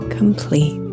complete